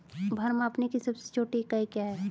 भार मापने की सबसे छोटी इकाई क्या है?